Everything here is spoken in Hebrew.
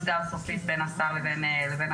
כי זה לא נסגר סופית בין השר לבין המשטרה,